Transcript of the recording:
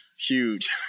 Huge